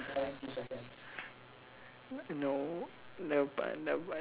no but no but